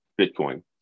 Bitcoin